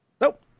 nope